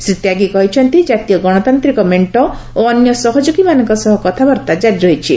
ଶ୍ରୀ ତ୍ୟାଗୀ କହିଛନ୍ତି ଜାତୀୟ ଗଣତାନ୍ତ୍ରିକ ମେଣ୍ଟ ଓ ଅନ୍ୟ ସହଯୋଗୀମାନଙ୍କ ସହ କଥାବାର୍ତ୍ତା ଜାରି ରହିଛି